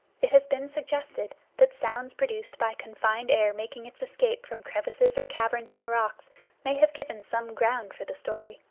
it has been suggested that sounds produced by confined air making its escape from crevices or caverns in the rocks may have given some ground for the story.